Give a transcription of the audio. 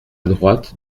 droite